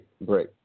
break